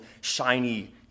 shiny